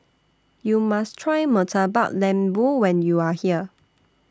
YOU must Try Murtabak Lembu when YOU Are here